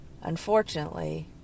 Unfortunately